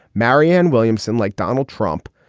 marianne williamson like donald trump.